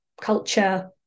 culture